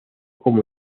como